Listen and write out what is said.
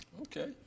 Okay